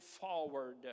forward